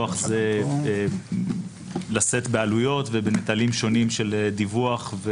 מכוח זה לשאת בעלויות, ובנטלים שונים של הדיווח.